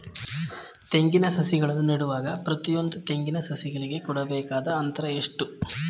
ತೆಂಗಿನ ಸಸಿಗಳನ್ನು ನೆಡುವಾಗ ಪ್ರತಿಯೊಂದು ತೆಂಗಿನ ಸಸಿಗಳಿಗೆ ಕೊಡಬೇಕಾದ ಅಂತರ ಎಷ್ಟು?